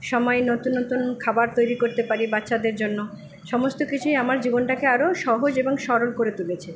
সময়ে নতুন নতুন খাবার তৈরি করতে পারি বাচ্চাদের জন্য সমস্তকিছুই আমার জীবনটাকে আরও সহজ এবং সরল করে তুলেছে